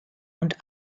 und